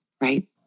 right